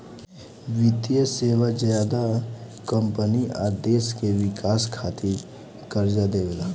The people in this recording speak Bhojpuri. वित्तीय सेवा ज्यादा कम्पनी आ देश के विकास खातिर कर्जा देवेला